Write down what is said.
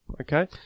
okay